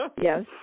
Yes